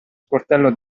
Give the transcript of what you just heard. sportello